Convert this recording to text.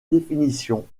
définition